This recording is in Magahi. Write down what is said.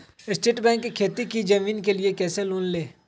स्टेट बैंक से खेती की जमीन के लिए कैसे लोन ले?